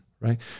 Right